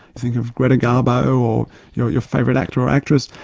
think of greta garbo or your your favourite actor or actress,